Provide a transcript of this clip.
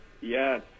Yes